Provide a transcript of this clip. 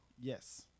Yes